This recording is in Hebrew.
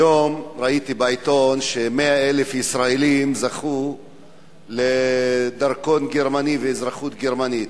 היום ראיתי בעיתון ש-100,000 ישראלים זכו לדרכון גרמני ולאזרחות גרמנית.